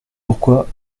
pourquoi